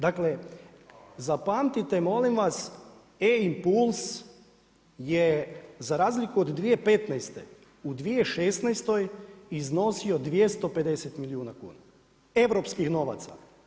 Dakle, zapamtite molim vas e-impuls je za razliku od 2015. u 2016. iznosio 250 milijuna kuna, europskih novaca.